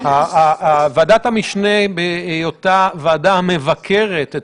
ועדת המשנה מבקרת את